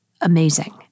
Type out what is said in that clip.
amazing